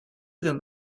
within